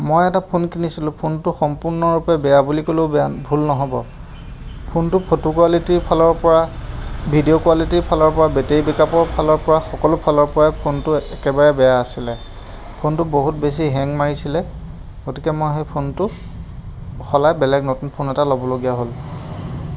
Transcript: মই এটা ফোন কিনিছিলোঁ ফোনটো সম্পূৰ্ণৰূপে বেয়া বুলি ক'লেও ভুল নহ'ব ফোনটোৰ ফটো কোৱালিটিৰ ফালৰ পৰা ভিডিঅ' কোৱালিটিৰ ফালৰ পৰা বেটেৰী বেক আপৰ ফালৰ পৰা সকলো ফালৰ পৰাই ফোনটো একেবাৰেই বেয়া আছিলে ফোনটো বহুত বেছি হেং মাৰিছিলে গতিকে মই সেই ফোনটো সলাই বেলেগ নতুন ফোন এটা ল'বলগীয়া হ'ল